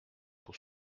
pour